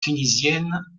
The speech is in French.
tunisiennes